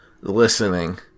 listening